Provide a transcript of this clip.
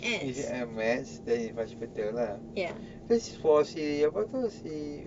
english and maths then is much better lah then for si apa tu si